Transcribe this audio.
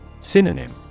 Synonym